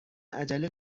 عجله